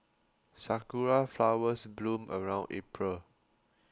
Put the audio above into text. sakura flowers bloom around April